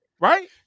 right